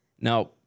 Now